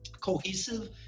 cohesive